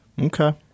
Okay